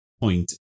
point